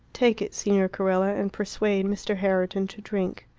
take it, signor carella, and persuade mr. herriton to drink.